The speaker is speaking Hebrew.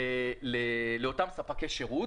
לאותם ספקי שירות